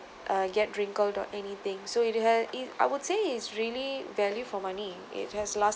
uh get wrinkled or anything so would you have if I would say is really value for money it has lasted